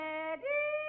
Ready